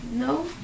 No